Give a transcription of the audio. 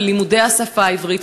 של לימודי השפה העברית,